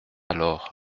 alors